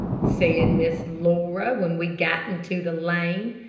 said miss laura, when we got into the lane.